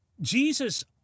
Jesus